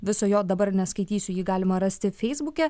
viso jo dabar neskaitysiu jį galima rasti feisbuke